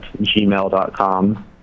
gmail.com